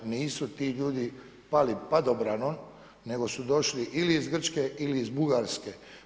Nisu ti ljudi pali padobranom, nego su došli ili iz Grčke ili iz Bugarske.